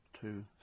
two